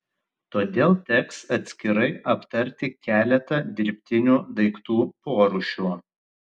todėl teks atskirai aptarti keletą dirbtinių daiktų porūšių